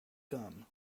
gum